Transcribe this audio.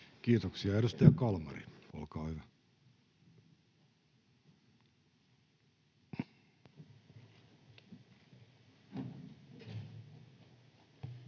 Kiitoksia. — Edustaja Kalmari, olkaa hyvä.